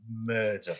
murder